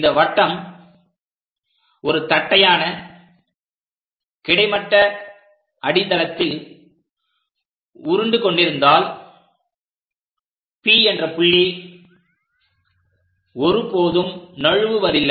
இந்த வட்டம் ஒரு தட்டையான கிடைமட்ட அடித்தளத்தில் உருண்டு கொண்டிருந்தால் P என்ற புள்ளி ஒருபோதும் நழுவுவதில்லை